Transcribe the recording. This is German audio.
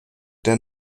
der